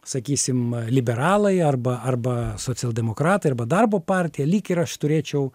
sakysim liberalai arba arba socialdemokratai arba darbo partija lyg ir aš turėčiau